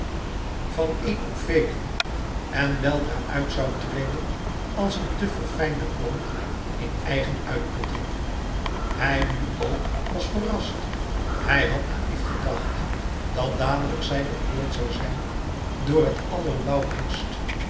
van een op velen en weldra uit zoû teren als een te verfijnde plant in eigen uitputting hij nu ook was verrast hij had naïf gelouis couperus metamorfoze dacht dat dadelijk zij bekoord zoû zijn door het